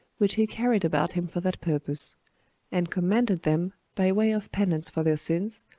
which he carried about him for that purpose and commanded them, by way of penance for their sins,